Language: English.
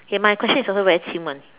okay my question is also very chim one